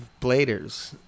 bladers